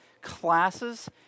classes